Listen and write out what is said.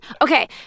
Okay